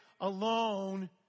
alone